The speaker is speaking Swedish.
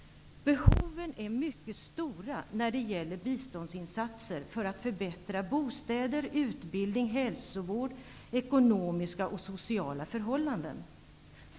Behoven är mycket stora när det gäller biståndsinsatser för att förbättra bostäder, utbildning, hälsovård, ekonomiska och sociala förhållanden.